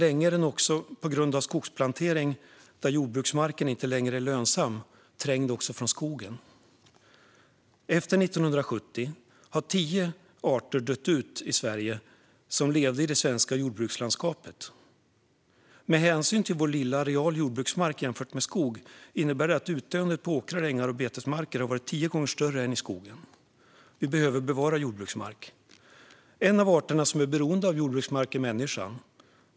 Där jordbruksmarken inte längre är lönsam är den sedan länge också trängd från skogsplanteringar. Efter 1970 har tio arter som levde i det svenska jordbrukslandskapet dött ut. Med hänsyn till vår lilla areal jordbruksmark jämfört med skog innebär det att utdöendet av arter på åkrar, ängar och betesmarker har varit tio gånger större än i skogen. Vi behöver bevara jordbruksmark. En av arterna som är beroende av jordbruksmark är människan.